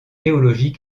théologie